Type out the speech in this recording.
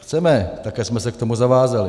Chceme, také jsme se k tomu zavázali.